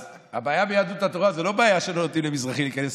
אז הבעיה ביהדות התורה היא לא שלא נותנים למזרחי להיכנס,